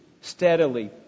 steadily